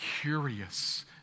curious